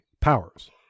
powers